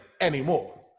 anymore